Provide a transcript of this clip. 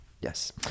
Yes